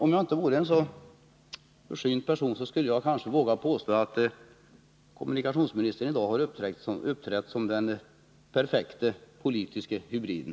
Om jag inte vore en så försynt person skulle jag kanske våga påstå att kommunikationsministern i dag uppträtt som den perfekte politiske hybriden.